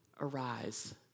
arise